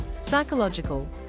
psychological